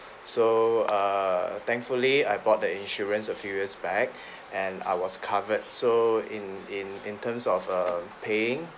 so err thankfully I bought the insurance a few years back and I was covered so in in in terms of err paying